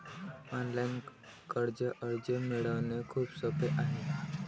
online कर्ज अर्ज मिळवणे खूप सोपे आहे